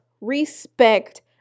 respect